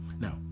Now